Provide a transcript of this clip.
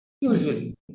Usually